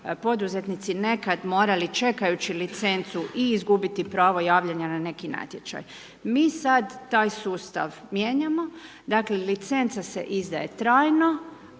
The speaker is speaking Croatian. poduzetnici, nekad morali čekajući licencu i izgubiti pravo javljanja na neki natječaj. Mi sada taj sustav mijenjamo, licenca se izdaje trajno,